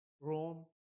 Rome